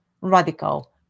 radical